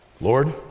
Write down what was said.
Lord